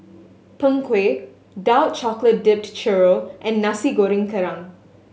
Png Kueh dark chocolate dipped churro and Nasi Goreng Kerang